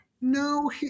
No